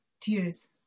tears